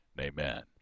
Amen